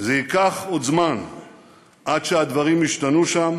ייקח עוד זמן עד שהדברים ישתנו שם,